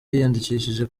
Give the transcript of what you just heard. yiyandikishije